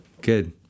good